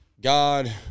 God